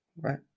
Right